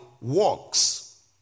works